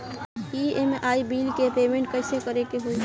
EMI bill के payment कइसे करे के होई?